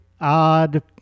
odd